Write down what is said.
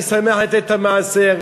אני שמח לתת את המעשר,